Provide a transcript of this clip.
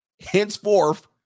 henceforth